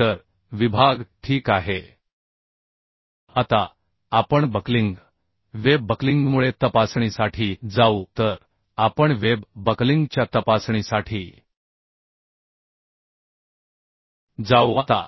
तर विभाग ठीक आहे आता आपण बक्लिंग वेब बक्लिंगमुळे तपासणीसाठी जाऊ तर आपण वेब बकलिंगच्या तपासणीसाठी जाऊ आता